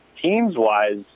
teams-wise